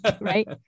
right